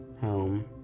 home